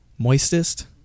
Moistest